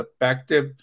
effective